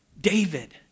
David